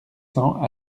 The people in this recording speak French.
cents